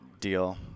deal